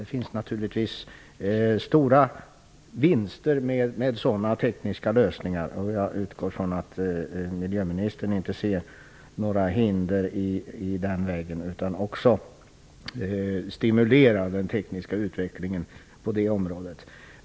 Det finns naturligtvis stora vinster att göra med sådana tekniska lösningar, och jag utgår från att miljöministern inte ser några hinder i den vägen utan också stimulerar den tekniska utvecklingen på det området.